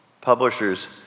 publishers